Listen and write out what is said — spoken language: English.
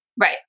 Right